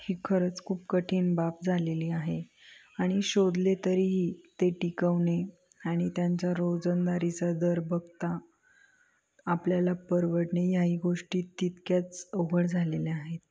ही खरंच खूप कठीण बाब झालेली आहे आणि शोधले तरीही ते टिकवणे आणि त्यांच्या रोजंदारीचा दर बघता आपल्याला परवडणे ह्याही गोष्टी तितक्याच अवघड झालेल्या आहेत